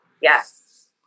yes